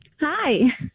Hi